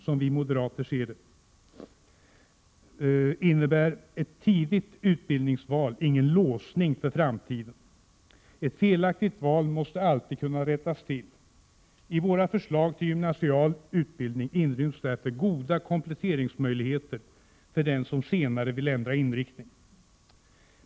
Som vi moderater ser det innebär ett tidigt utbildningsval ingen låsning för framtiden. Ett felaktigt val måste alltid kunna rättas till. I våra förslag till gymnasial utbildning inryms därför goda kompletteringsmöjligheter för den som senare vill ändra inriktning.